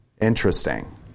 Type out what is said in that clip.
Interesting